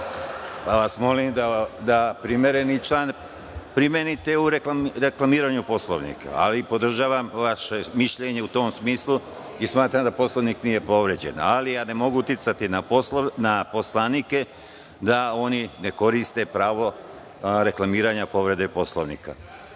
pa vas molim da primenite odgovarajući član u reklamiranju Poslovnika. Podržavam vaše mišljenje u tom smislu i smatram da Poslovnik nije povređen, ali ne mogu uticati na poslanike da oni ne koriste pravo reklamiranja povrede Poslovnika. Reč